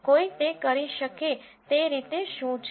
કોઈ તે કરી શકે તે રીતે શું છે